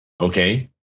Okay